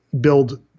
build